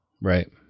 Right